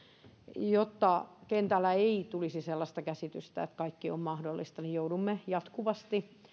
jotta kentällä ei tulisi sellaista käsitystä että kaikki on mahdollista joudumme jatkuvasti